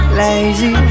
lazy